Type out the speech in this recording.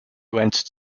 went